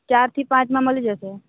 ચાર થી પાંચમાં મળી જશે